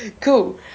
Cool